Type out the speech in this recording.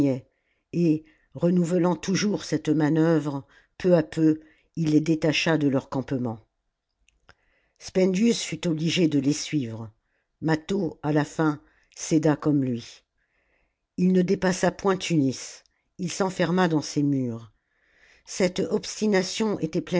et renouvelant toujours cette manœuvre peu à peu il les détacha de leur campement spendius fut obligé de les suivre mâtho à la fin céda comme lui ii ne dépassa pointtunis ii s'enferma dans ses murs cette obstination